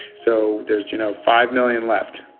so there's you know five million left.